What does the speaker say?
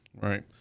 right